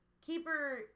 Keeper